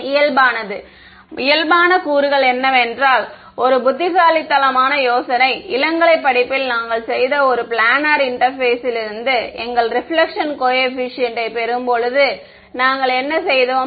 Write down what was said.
மாணவர் இயல்பானது இயல்பான கூறுகள் என்னவென்றால் ஒரு புத்திசாலித்தனமான யோசனை இளங்கலை படிப்பில் நாங்கள் செய்த ஒரு பிளானர் இன்டெர்பேஸ்லிருந்து எங்கள் ரெபிலெக்ஷன் கோயெபிசியன்ட் யை பெறும்போது நாங்கள் என்ன செய்தோம்